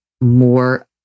more